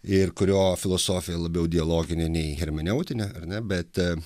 ir kurio filosofija labiau dialoginė nei hermeneutinė ar ne bet